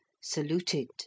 saluted